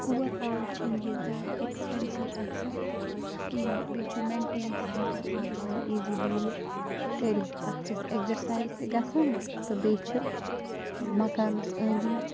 اُوَر آل چھِنہٕ یہِ زیادٕ اٮ۪کٕسپٮ۪نسِو آسان کِہیٖنۍ بیٚیہِ چھُ مٮ۪نٹین تہِ ہٮ۪کان اَکھ زٔنۍ ایٖزٕلی یہِ کٔرِتھ اَکھ چھَس اٮ۪کزرسایِز تہِ گژھان تہٕ بیٚیہِ چھِ مکانَس أنٛدۍ أنٛدۍ